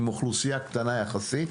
עם אוכלוסייה קטנה יחסית,